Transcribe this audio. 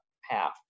half